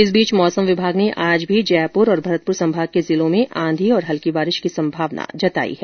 इस बीच मौसम विभाग ने आज भी जयपुर और भरतपुर संभाग के जिलों में आंधी और हल्की बारिश की सम्भावना जताई है